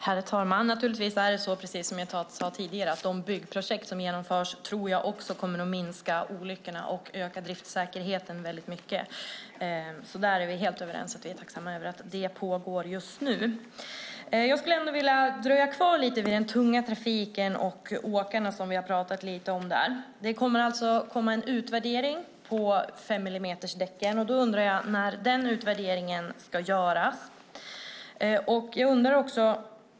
Herr talman! Naturligtvis är det precis som jag sade tidigare; de byggprojekt som genomförs kommer att minska olyckorna och öka driftssäkerheten väldigt mycket. Det tror jag också. Där är vi helt överens, och vi är tacksamma över att detta pågår just nu. Jag skulle ändå vilja dröja kvar lite vid den tunga trafiken och åkarna, som vi har pratat lite om. Det kommer alltså att komma en utvärdering av femmillimetersdäcken. Jag undrar när denna utvärdering ska göras. Jag undrar också en annan sak.